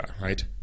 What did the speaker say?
right